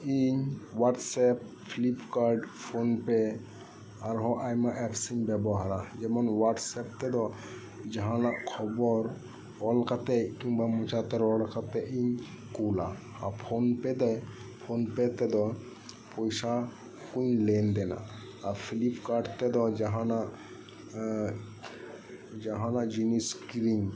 ᱤᱧ WhatsApp Flipkart PhonePe ᱟᱨ ᱦᱚᱸ ᱟᱭᱢᱟ ᱮᱯᱥ ᱤᱧ ᱵᱮᱵᱚᱦᱟᱨᱟ ᱡᱮᱢᱚᱱ ᱦᱚᱭᱟᱴ ᱮᱯ ᱛᱮᱫᱚ ᱡᱟᱸᱦᱟᱱᱟᱜ ᱠᱷᱚᱵᱚᱨ ᱚᱞ ᱠᱟᱛᱮᱡ ᱠᱤᱝᱵᱟ ᱢᱚᱪᱟᱛᱮ ᱨᱚᱲ ᱠᱟᱛᱮᱡ ᱤᱧ ᱠᱳᱞᱟ ᱟ ᱯᱷᱚᱱ ᱯᱮ ᱛᱮ ᱯᱷᱚᱱ ᱯᱮ ᱛᱮᱫᱚ ᱯᱚᱭᱥᱟ ᱠᱩᱭ ᱞᱮᱱᱫᱮᱱᱟ ᱟ ᱯᱷᱞᱤᱯᱠᱟᱨᱴ ᱛᱮᱫᱚ ᱡᱟᱸᱦᱟᱱᱟᱜ ᱮᱸᱫ ᱡᱟᱸᱦᱟᱱᱟᱜ ᱡᱤᱱᱤᱥ ᱠᱤᱨᱤᱧ